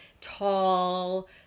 tall